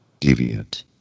deviant